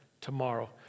tomorrow